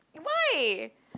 why